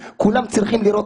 כל העם צריך לבוא להפגנה כזאת.